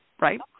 right